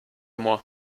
moi